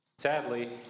Sadly